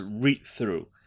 read-through